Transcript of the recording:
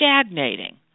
stagnating